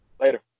Later